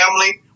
family